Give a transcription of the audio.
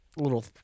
little